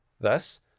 Thus